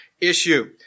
issue